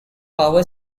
power